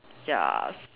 ya